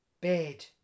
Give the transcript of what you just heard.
bed